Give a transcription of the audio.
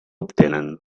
obtenen